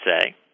say